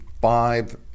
five